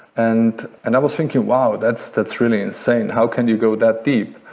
and and i was thinking, wow, that's that's really insane. how can you go that deep?